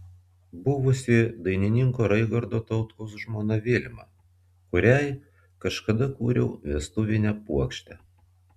buvusi dainininko raigardo tautkaus žmona vilma kuriai kažkada kūriau vestuvinę puokštę